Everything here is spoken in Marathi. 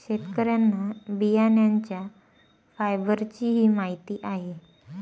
शेतकऱ्यांना बियाण्यांच्या फायबरचीही माहिती आहे